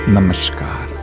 Namaskar